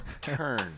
turn